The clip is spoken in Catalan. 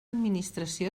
administració